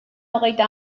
hogeita